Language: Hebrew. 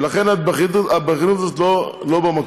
ולכן הבכיינות הזאת לא במקום.